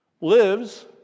lives